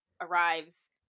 arrives